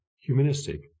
humanistic